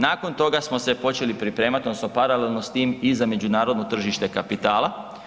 Nakon toga smo se počeli pripremati odnosno paralelno s tim i za međunarodno tržište kapitala.